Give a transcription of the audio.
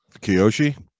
Kyoshi